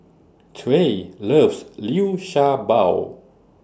Trae loves Liu Sha Bao